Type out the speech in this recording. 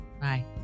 bye